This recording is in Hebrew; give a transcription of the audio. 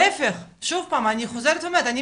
להיפך אני חוזרת ואני אומרת,